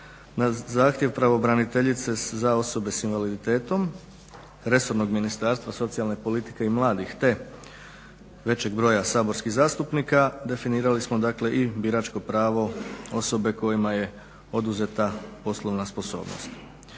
na zahtjev pravobraniteljice za osobe sa invaliditetom resornog ministarstva socijalne politike i mladih te većeg broja saborskih zastupnika definirali smo dakle i biračko pravo osobe kojima je oduzeta poslovna sposobnost.